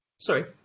sorry